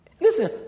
Listen